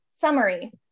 Summary